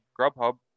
Grubhub